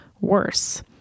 worse